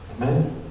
Amen